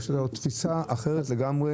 או שזו תפיסה אחרת לגמרי,